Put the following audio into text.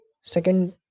second